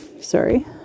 Sorry